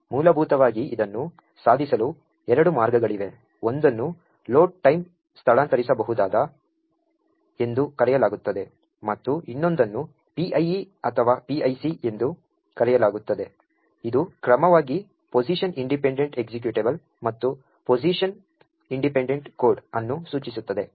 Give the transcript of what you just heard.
ಮೂಲಭೂತವಾಗಿ ಇದನ್ನು ಸಾಧಿಸಲು ಎರಡು ಮಾರ್ಗಗಳಿವೆ ಒಂದನ್ನು ಲೋಡ್ ಟೈಮ್ ಸ್ಥಳಾಂತರಿಸಬಹುದಾದ ಎಂದು ಕರೆಯಲಾಗುತ್ತದೆ ಮತ್ತು ಇನ್ನೊಂದನ್ನು PIE ಅಥವಾ PIC ಎಂದು ಕರೆಯಲಾಗುತ್ತದೆ ಇದು ಕ್ರಮವಾಗಿ ಪೊಸಿಶನ್ ಇಂಡಿಪೆಂಡೆಂಟ್ ಎಕ್ಸಿಕ್ಯೂಟಬಲ್ ಮತ್ತು ಪೊಸಿಷನ್ ಇಂಡಿಪೆಂಡೆಂಟ್ ಕೋಡ್ ಅನ್ನು ಸೂಚಿಸುತ್ತದೆ